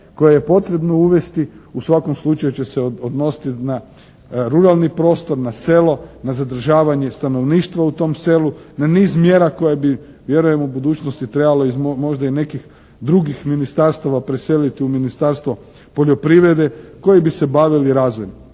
koje je potrebno uvesti u svakom slučaju će se odnositi na ruralni prostor, na selo, na zadržavanje stanovništva u tom selu, na niz mjera koje bi vjerujem u budućnosti trebalo iz možda i nekih drugih ministarstava preseliti u Ministarstvo poljoprivrede koji bi se bavili razvojem.